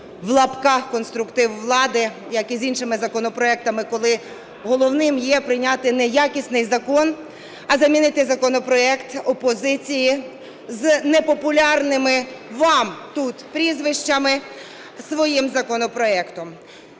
(в лапках) "конструктив влади", як і з іншими законопроектами, коли головним є прийняти неякісний закон, а замінити законопроект опозиції з непопулярними вам тут прізвищами своїм законопроектом.